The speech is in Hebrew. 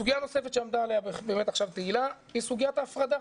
סוגיה נוספת שעמדה עליה עכשיו תהלה היא סוגיית ההפרדה.